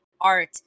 art